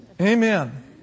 Amen